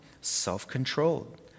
self-controlled